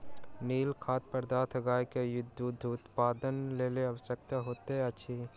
नीक खाद्य पदार्थ गाय के दूध उत्पादनक लेल आवश्यक होइत अछि